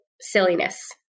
silliness